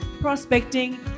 prospecting